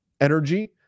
energy